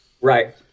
Right